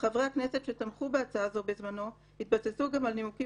וחברי הכנסת שתמכו בהצעה זו בזמנו התבססו גם על נימוקים